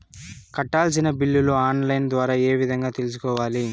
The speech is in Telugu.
కట్టాల్సిన బిల్లులు ఆన్ లైను ద్వారా ఏ విధంగా తెలుసుకోవాలి?